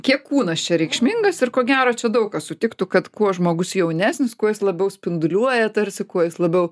kiek kūnas čia reikšmingas ir ko gero čia daug kas sutiktų kad kuo žmogus jaunesnis kuo jis labiau spinduliuoja tarsi kuo jis labiau